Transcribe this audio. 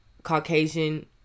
Caucasian